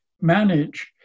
manage